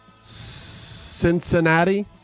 Cincinnati